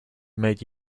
made